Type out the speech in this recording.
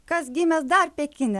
kas gimęs dar pekine